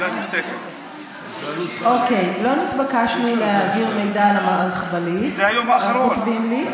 לא התבקשנו להעביר מידע על הרכבלית, כך כותבים לי.